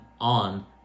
on